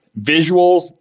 visuals